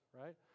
right